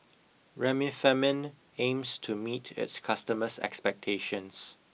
Remifemin aims to meet its customers' expectations